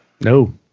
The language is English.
No